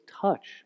touch